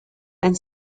and